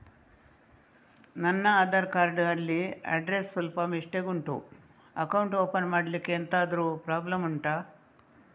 ನನ್ನ ಆಧಾರ್ ಕಾರ್ಡ್ ಅಲ್ಲಿ ಅಡ್ರೆಸ್ ಸ್ವಲ್ಪ ಮಿಸ್ಟೇಕ್ ಉಂಟು ಅಕೌಂಟ್ ಓಪನ್ ಮಾಡ್ಲಿಕ್ಕೆ ಎಂತಾದ್ರು ಪ್ರಾಬ್ಲಮ್ ಉಂಟಾ